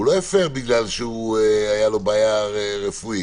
הוא לא הפר בגלל שהייתה לו בעיה רפואית.